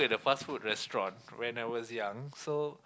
fast food restaurants when I was young so